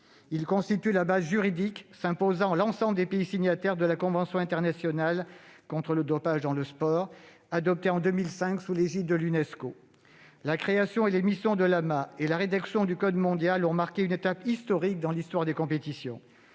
constitue la base juridique s'imposant à l'ensemble des pays signataires de la convention internationale contre le dopage dans le sport, adoptée en 2005 sous l'égide de l'Unesco. La création de l'AMA et la rédaction du code mondial antidopage ont marqué une étape historique dans l'histoire des compétitions.